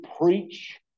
preach